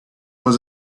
was